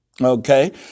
Okay